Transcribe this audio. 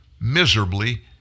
miserably